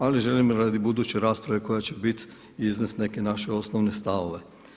Ali želim radi buduće rasprave koja će biti iznest neke naše osnovne stavove.